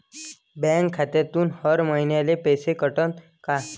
Bank खात्यातून हर महिन्याले पैसे कटन का?